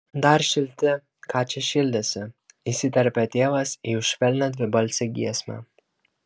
dar šilti ką čia šildysi įsiterpė tėvas į jų švelnią dvibalsę giesmę